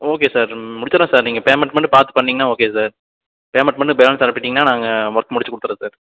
okay sir முடிச்சுடலாம் sir நீங்கள் payment மட்டும் பார்த்து பண்ணிங்கனா ஓகே சார் பேமெண்ட் மட்டும் பேலன்ஸ் அனுப்பிட்டிங்கனால் நாங்கள் ஒர்கு முடிச்சு கொடுத்துறேன் சார்